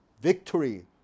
victory